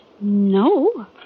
No